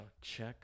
Check